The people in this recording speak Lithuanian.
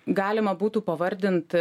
galima būtų pavardint